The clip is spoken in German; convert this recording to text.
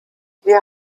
wir